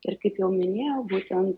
ir kaip jau minėjau būtent